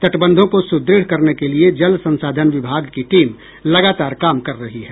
तटबंधों को सुद्रढ़ करने के लिये जल संसाधन विभाग की टीम लगातार काम कर रही है